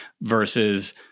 versus